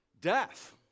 death